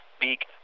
beak